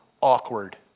awkward